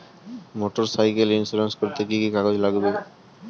Motorcycle insurance করতে কি কি কাগজ লাগবে?